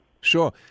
Sure